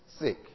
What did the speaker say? sick